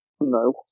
No